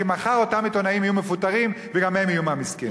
כי מחר אותם עיתונאים יהיו מפוטרים וגם הם יהיו מהמסכנים.